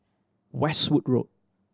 Westwood Road